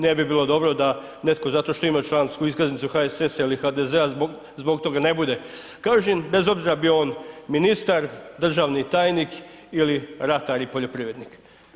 Ne bi bilo dobro da netko zato što ima člansku iskaznicu HSS ili HDZ-a zbog toga ne bude kažnjen, bez obzira bio on ministar, državni tajnik ili ratar i poljoprivrednik.